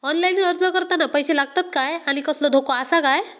Online अर्ज करताना पैशे लागतत काय आनी कसलो धोको आसा काय?